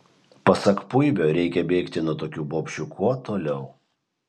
pasak puibio reikia bėgti nuo tokių bobšių kuo toliau